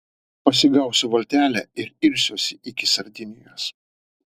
pasigausiu valtelę ir irsiuosi iki sardinijos